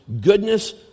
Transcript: goodness